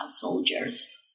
soldiers